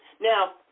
now